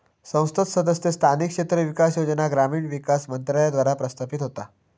संसद सदस्य स्थानिक क्षेत्र विकास योजना ग्रामीण विकास मंत्रालयाद्वारा प्रशासित होता